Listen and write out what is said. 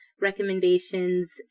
recommendations